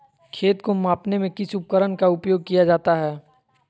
खेत को मापने में किस उपकरण का उपयोग किया जाता है?